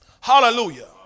Hallelujah